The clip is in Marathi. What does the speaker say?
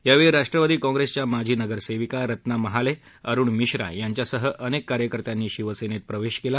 यावेळी राष्ट्रवादी काँग्रेसच्या माजी नगरसेविका रत्ना महाले अरुण मिश्रा यांच्यासह अनेक कार्यकर्त्यांनी शिवसेनेत प्रवेश केला